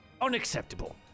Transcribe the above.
unacceptable